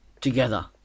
together